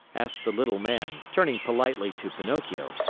asked the little man, turning politely to pinocchio.